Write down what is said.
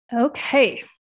Okay